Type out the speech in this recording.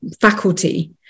faculty